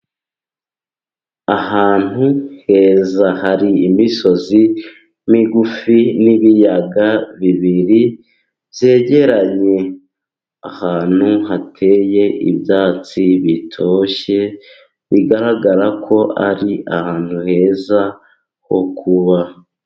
Ahantu heza, hari imisozi migufi n'ibiyaga bibiri byegeranye, ahantu hateye ibyatsi bitoshye, bigaragara ko ari ahantu heza ho kuba.